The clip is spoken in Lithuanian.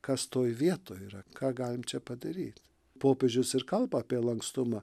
kas toj vietoj yra ką galim čia padaryt popiežius ir kalba apie lankstumą